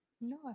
no